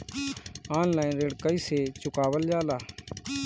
Online ऋण कईसे चुकावल जाला?